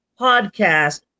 podcast